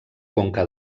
conca